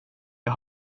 jag